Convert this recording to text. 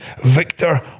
Victor